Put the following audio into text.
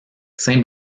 saint